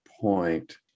point